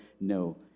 no